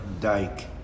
Dyke